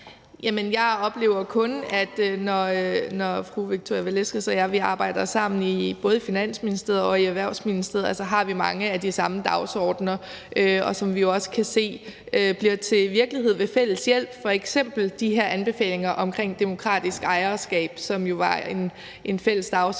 jeg arbejder sammen, både i forbindelse med Finansministeriet og Erhvervsministeriet, så har vi mange af de samme dagsordener, og dem kan vi jo også se blive til virkelighed ved fælles hjælp. Det gælder f.eks. de her anbefalinger af demokratisk ejerskab, som jo var en fælles dagsorden,